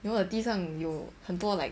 you know 地上有很多 like